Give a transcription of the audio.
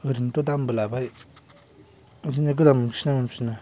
ओरैनोथ' दामबो लाबाय ओमफ्राय दा गोदान मोनफिनगोना मोनफिना